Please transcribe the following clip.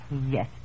Yes